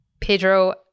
Pedro